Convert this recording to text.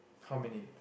how many